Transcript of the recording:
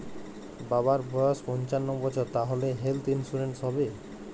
বাবার বয়স পঞ্চান্ন বছর তাহলে হেল্থ ইন্সুরেন্স হবে?